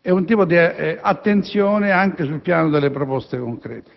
e un'attenzione anche sul piano delle proposte concrete.